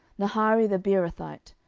nahari the beerothite,